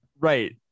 Right